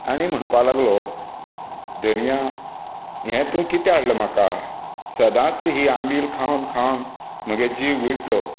आनी म्हणपाक लागलो धनिया हें तुवें कितें हाडलां म्हाका सदांच ही आमील खावन खावन म्हगे जीव विटलो